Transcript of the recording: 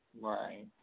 Right